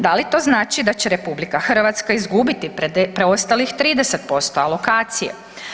Da li to znači da će RH izgubiti preostalih 30% alokacije?